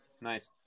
Nice